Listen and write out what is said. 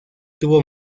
tuvo